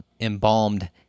embalmed